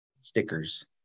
stickers